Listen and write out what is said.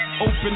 open